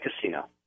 casino